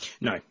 No